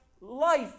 life